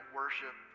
worship